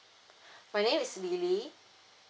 my name is lily